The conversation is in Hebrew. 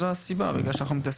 זו הסיבה שאנחנו מתכנסים פה,